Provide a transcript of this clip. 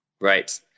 right